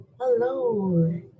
Hello